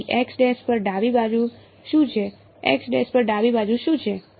તેથી x' પર ડાબી બાજુ શું છે x પર ડાબી બાજુ શું છે